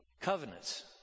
covenants